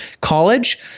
college